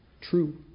True